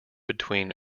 between